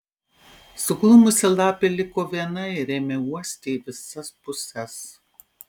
suglumusi lapė liko viena ir ėmė uosti į visas puses